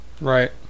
Right